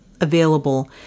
available